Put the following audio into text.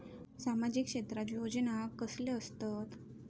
सामाजिक क्षेत्रात योजना कसले असतत?